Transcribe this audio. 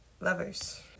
Lovers